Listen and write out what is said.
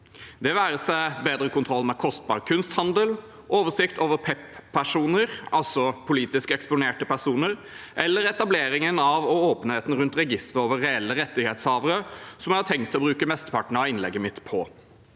det være seg bedre kontroll med kostbar kunsthandel, oversikt over PEP-personer, altså politisk eksponerte personer, eller etableringen av og åpenheten rundt registeret over reelle rettighetshavere, som jeg har tenkt å bruke mesteparten av innlegget mitt på.